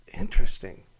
Interesting